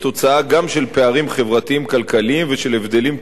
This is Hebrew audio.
של פערים חברתיים כלכליים ושל הבדלים תרבותיים,